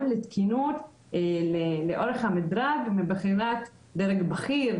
לתקינות לאורך המדרג מבחינת דרג בכיר,